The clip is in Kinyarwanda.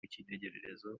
w’icyitegererezo